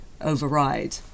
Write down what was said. override